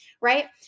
Right